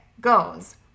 goes